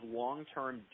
long-term